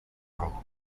rojo